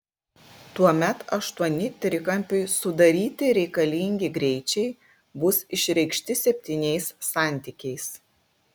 tuomet aštuoni trikampiui sudaryti reikalingi greičiai bus išreikšti septyniais santykiais